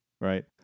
right